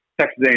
Texas